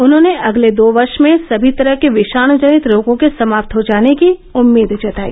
उन्होंने अगले दो वर्ष में सभी तरह के विषाणुजनित रोगों के समाप हो जाने की उन्होंने उम्मीद जताई